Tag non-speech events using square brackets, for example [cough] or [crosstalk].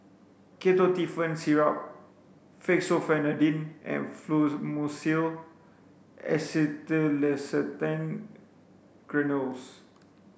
Ketotifen Syrup Fexofenadine and Fluimucil [unintelligible] Granules